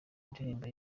ndirimbo